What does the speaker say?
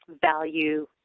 value